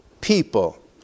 people